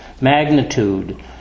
magnitude